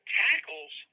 tackles